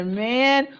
man